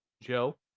Joe